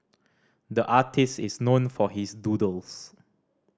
the artist is known for his doodles